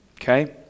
Okay